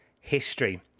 history